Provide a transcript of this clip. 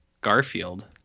Garfield